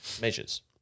measures